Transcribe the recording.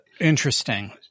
Interesting